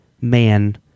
man